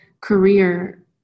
career